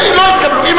לא התקבלו.